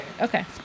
Okay